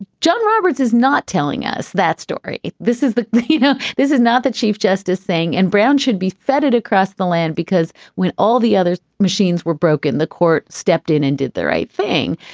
john roberts is not telling us that story. this is you know this is not the chief justice thing. and brown should be fettered across the land because when all the other machines were broken, the court stepped in and did the right thing.